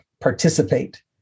participate